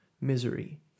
misery